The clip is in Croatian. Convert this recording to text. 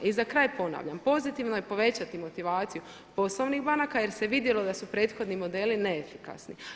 I za kraj ponavlja, pozitivno je povećati motivaciju poslovnih banaka jer se vidjelo da su prethodni modeli neefikasni.